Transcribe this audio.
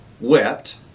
wept